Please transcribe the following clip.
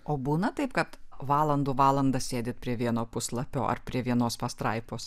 o būna taip kad valandų valandas sėdit prie vieno puslapio ar prie vienos pastraipos